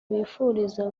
wifuriza